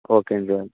ஓகேங்க சார்